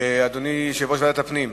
אדוני יושב-ראש ועדת הפנים,